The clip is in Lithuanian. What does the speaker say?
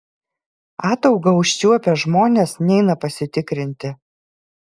ataugą užčiuopę žmonės neina pasitikrinti